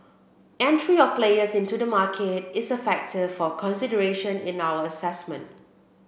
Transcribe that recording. entry of players into the market is a factor for consideration in our assessment